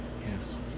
Yes